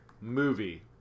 movie